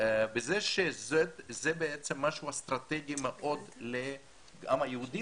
בזה שזה בעצם משהו אסטרטגי מאוד לעם היהודי